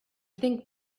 think